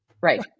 right